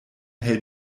hält